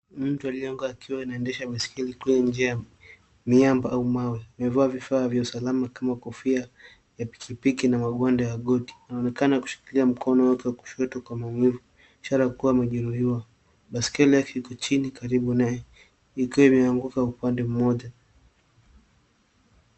Mtu aliyeanguka akiwa anaendesha baiskeli kwa njia ya miamba au mawe. Amevaa vifaa vya usalama kama kofia ya pikipiki na magonde ya goti. Anaonekana kushikilia mkono wake wa kushoto kwa maumivu. Ishara ya kuwa amejeruhiwa. Baiskeli yake iko chini karibu naye ikiwa imeanguka upande mmoja.